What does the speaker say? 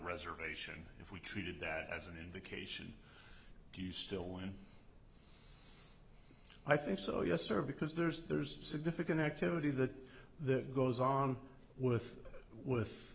reservation if we treated that as an indication he's still in i think so yes sir because there's there's significant activity that that goes on with with